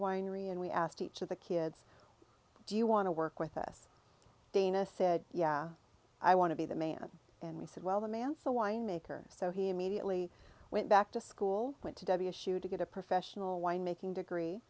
winery and we asked each of the kids do you want to work with us dana said yeah i want to be the man and we said well the man the wine maker so he immediately went back to school went to debbie issue to get a professional winemaking degree